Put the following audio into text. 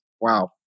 wow